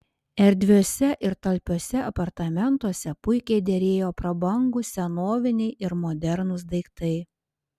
erdviuose ir talpiuose apartamentuose puikiai derėjo prabangūs senoviniai ir modernūs daiktai